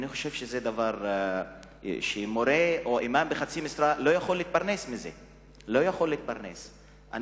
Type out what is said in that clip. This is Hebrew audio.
אני חושב שמורה או אימאם בחצי משרה לא יכול להתפרנס מזה.